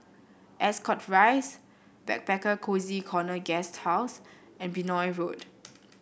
Ascot Rise Backpacker Cozy Corner Guesthouse and Benoi Road